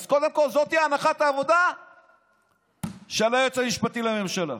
אז קודם כול זו הנחת העבודה של היועץ המשפטי לממשלה.